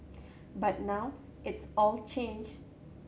but now it's all changed